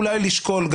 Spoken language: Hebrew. אולי לשקול,